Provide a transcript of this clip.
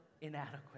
inadequate